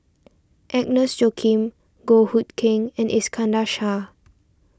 Agnes Joaquim Goh Hood Keng and Iskandar Shah